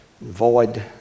void